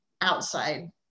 outside